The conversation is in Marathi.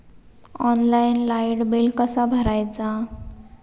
ऑनलाइन लाईट बिल कसा भरायचा?